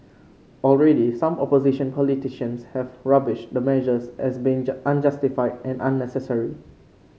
already some opposition politicians have rubbished the measures as being unjustified and unnecessary